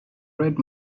red